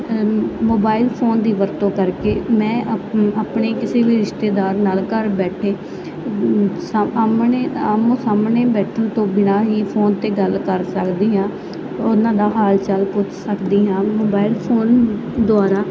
mobile phone ਦੀ ਵਰਤੋਂ ਕਰਕੇ ਮੈਂ ਆਪਣੇ ਕਿਸੇ ਵੀ ਰਿਸ਼ਤੇਦਾਰ ਨਾਲ ਘਰ ਬੈਠੇ ਸਾਹਮਣੇ ਆਮੋ ਸਾਹਮਣੇ ਬੈਠਣ ਤੋਂ ਬਿਨਾਂ ਹੀ ਫੋਨ 'ਤੇ ਗੱਲ ਕਰ ਸਕਦੀ ਆਂ ਉਹਨਾਂ ਦਾ ਹਾਲ ਚਾਲ ਪੁੱਛ ਸਕਦੀ ਹਾਂ ਮੋਬਾਇਲ ਫੋਨ ਦੁਆਰਾ